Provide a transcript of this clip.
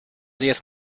diez